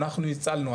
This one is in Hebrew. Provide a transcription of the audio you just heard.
אנחנו הצלנו,